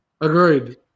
Agreed